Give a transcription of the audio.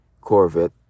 Corvette